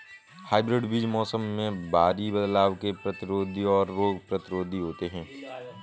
hybrid बीज मौसम में भारी बदलाव के प्रतिरोधी और रोग प्रतिरोधी होते हैं